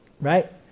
right